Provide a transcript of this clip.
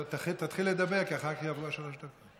תתחיל לדבר, כי אחר כך יעברו שלוש דקות.